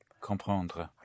Comprendre